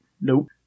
Nope